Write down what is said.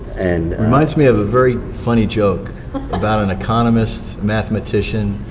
and reminds me of a very funny joke about an economist, mathematician,